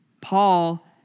Paul